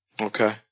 Okay